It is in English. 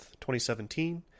2017